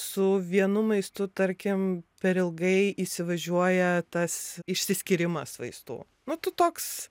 su vienu maistu tarkim per ilgai įsivažiuoja tas išsiskyrimas vaistų nu tu toks